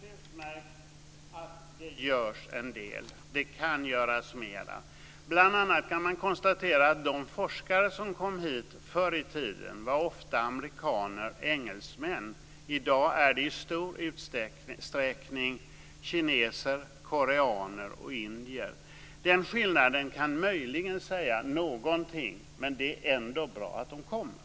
Fru talman! Det är alldeles utmärkt att det görs en del. Det kan göras mera. Bl.a. kan man konstatera att de forskare som kom hit förr i tiden ofta var amerikaner och engelsmän. I dag är de i stor utsträckning kineser, koreaner och indier. Den skillnaden kan möjligen säga någonting, men det är ändå bra att de kommer.